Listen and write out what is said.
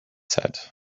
said